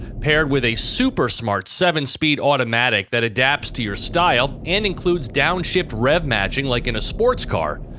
paired with a super-smart seven speed automatic that adapts to your style and includes downshift rev matching like in a sports car,